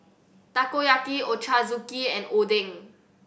Takoyaki Ochazuke and Oden